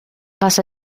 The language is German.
was